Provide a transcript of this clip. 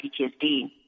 PTSD